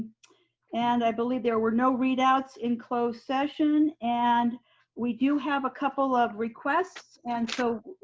and i believe there were no readouts in closed session and we do have a couple of requests. and so,